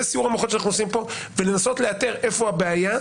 זה סיעור המוחות שאנחנו עושים פה ולנסות לאתר איפה הבעיה,